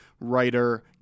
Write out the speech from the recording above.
writer